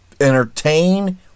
entertain